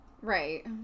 right